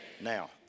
Now